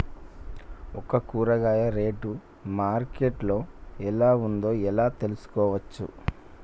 ఒక కూరగాయ rate market లో ఎలా ఉందో ఎలా తెలుసుకోవచ్చు?